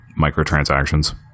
microtransactions